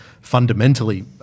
fundamentally